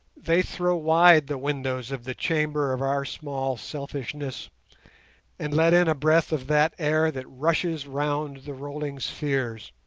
they throw wide the windows of the chamber of our small selfishness and let in a breath of that air that rushes round the rolling spheres,